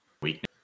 weakness